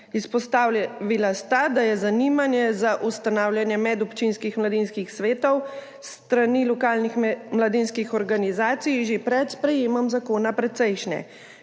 Izpostavila sta, da je zanimanje za ustanavljanje medobčinskih mladinskih svetov s strani lokalnih mladinskih organizacij že pred sprejetjem zakona precejšnje.